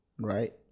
right